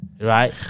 Right